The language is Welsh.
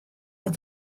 gen